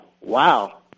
wow